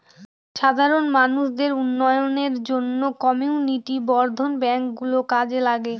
সাধারণ মানুষদের উন্নয়নের জন্য কমিউনিটি বর্ধন ব্যাঙ্ক গুলো কাজে লাগে